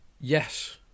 Yes